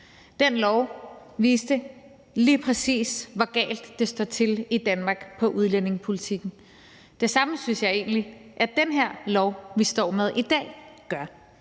Den lov viste lige præcis, hvor galt det står til i Danmark med udlændingepolitikken. Det samme synes jeg egentlig at den her lov, vi står med i dag, gør.